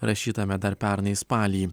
rašytame dar pernai spalį